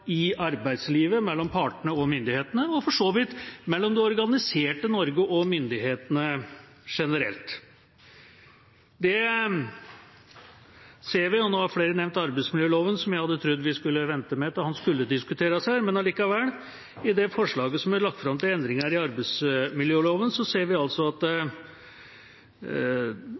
i arbeidslivet mellom partene og myndighetene, og for så vidt mellom det organiserte Norge og myndighetene generelt. Flere har nevnt arbeidsmiljøloven – som jeg hadde trodd vi skulle vente med til den skulle diskuteres her – og i det forslaget til endringer i arbeidsmiljøloven som er lagt fram, ser vi at